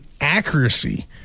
accuracy